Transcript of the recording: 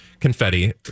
confetti